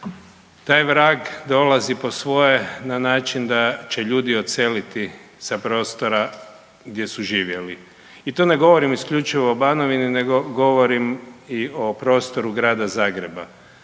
Taj vrag dolazi po svoje na način da će ljudi odseliti sa prostora gdje su živjeli i to ne govorim isključivo o Banovini nego govorim i o prostoru Grada Zagreba.